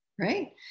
right